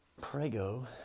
Prego